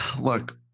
look